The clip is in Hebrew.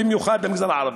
במיוחד במגזר הערבי.